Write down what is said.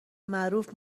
معروف